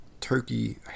turkey